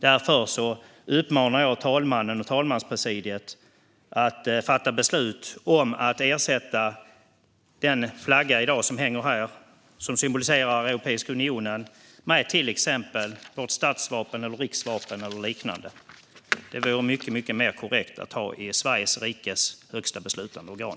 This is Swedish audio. Jag uppmanar därför talmannen och talmanspresidiet att fatta beslut om att ersätta den flagga som i dag hänger här och som symboliserar Europeiska unionen med till exempel vårt statsvapen, Sveriges riksvapen, eller liknande. Det vore mycket mer korrekt att ha det i Sveriges rikes högsta beslutande organ.